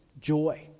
joy